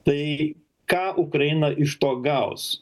tai ką ukraina iš to gaus